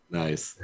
nice